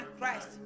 Christ